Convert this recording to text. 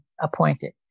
appointed